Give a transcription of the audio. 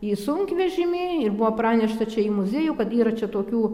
į sunkvežimį ir buvo pranešta čia į muziejų kad yra čia tokių